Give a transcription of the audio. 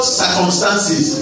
circumstances